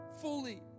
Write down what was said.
fully